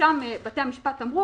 ושם בתי המשפט אמרו,